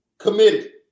Committed